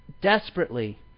desperately